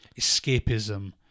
escapism